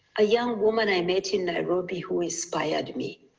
a young woman i met in nairobi who inspired me.